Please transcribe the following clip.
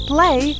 Play